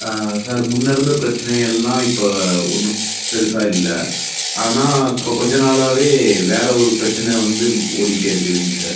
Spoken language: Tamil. ஆ சார் முன்னே இருந்த பிரச்சினை எல்லாம் இப்போ ஒன்றும் பெருசாக இல்லை ஆனால் இப்போ கொஞ்ச நாளாகவே வேறு ஒரு பிரச்சின வந்து ஓடிக்கிட்டே இருக்குதுங்க சார்